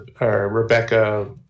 Rebecca